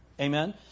Amen